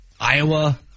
Iowa